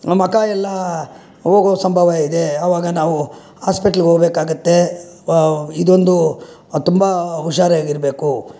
ಮುಖ ಎಲ್ಲ ಹೋಗೋ ಸಂಭವ ಇದೆ ಆವಾಗ ನಾವು ಆಸ್ಪಿಟ್ಲ್ಗೆ ಹೋಬೇಕಾಗತ್ತೆ ಇದೊಂದು ತುಂಬ ಹುಷಾರಾಗಿ ಇರಬೇಕು